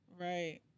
Right